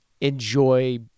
enjoy